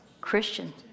Christian